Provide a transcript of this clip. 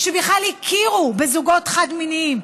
שבכלל הכירו בזוגות חד-מיניים